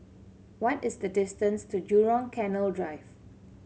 what is the distance to Jurong Canal Drive